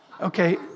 Okay